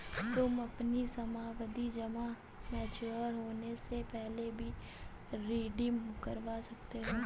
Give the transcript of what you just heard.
तुम अपनी सावधि जमा मैच्योर होने से पहले भी रिडीम करवा सकते हो